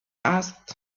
asked